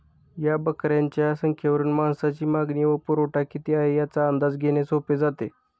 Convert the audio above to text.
या बकऱ्यांच्या संख्येवरून मांसाची मागणी व पुरवठा किती आहे, याचा अंदाज घेणे सोपे जाते